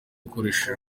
akoresha